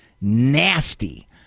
nasty